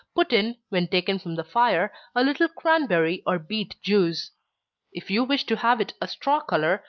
put in, when taken from the fire, a little cranberry or beet-juice. if you wish to have it a straw color,